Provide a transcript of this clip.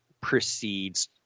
precedes